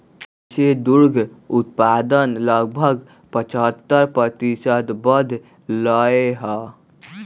कृषि दुग्ध उत्पादन लगभग पचहत्तर प्रतिशत बढ़ लय है